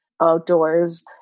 outdoors